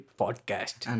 podcast